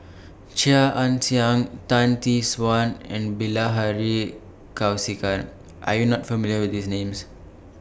Chia Ann Siang Tan Tee Suan and Bilahari Kausikan Are YOU not familiar with These Names